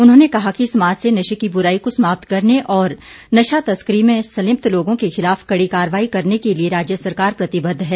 उन्होंने कहा कि समाज से नशे की बुराई को समाप्त करने और नशा तस्करी में संलिप्त लोगों के खिलाफ कड़ी कार्रवाई करने के लिये राज्य सरकार प्रतिबद्ध है